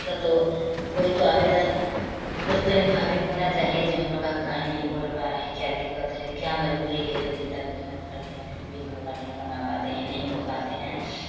इसका तो कोई तो आवेदन कुछ तो होना चाहिए जो हम लोग का काहे नहीं हो पा रहा है क्या दिक्कत है क्या मजबूरी है जो दिन रात मेहनत करते हैं फिर भी हम लोग का नहीं कमा पाते हैं नहीं हो पाते हैं